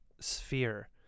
sphere